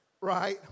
Right